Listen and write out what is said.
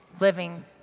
living